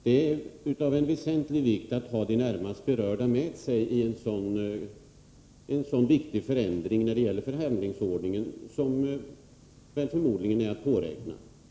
Det är av väsentlig vikt att ha de närmast berörda med sig när det gäller en så viktig förändring av förhandlingsordningen som förmodligen är att påräkna.